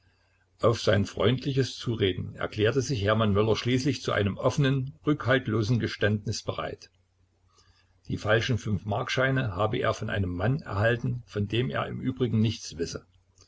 auf sein freundliches zureden erklärte sich hermann möller schließlich zu einem offenen rückhaltlosen geständnis bereit die falschen fünfmarkscheine habe er von einem mann erhalten von dem er im übrigen nichts wisse